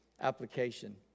application